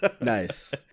Nice